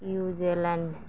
New Zealand